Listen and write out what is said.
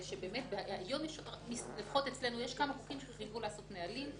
לפחות אצלנו יש כמה גופים שהחליטו לעשות נהלים.